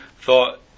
thought